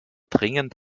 dringend